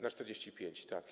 na czterdzieści pięć, tak.